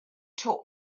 taught